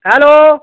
hello